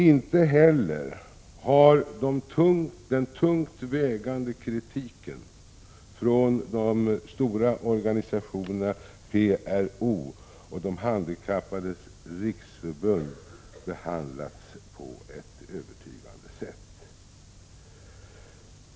Inte heller har den tungt vägande kritiken från de stora organisationerna PRO och De handikappades riksförbund behandlats på ett övertygande sätt.